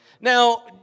Now